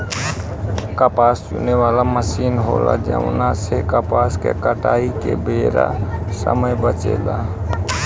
कपास चुने वाला मशीन होला जवना से कपास के कटाई के बेरा समय बचेला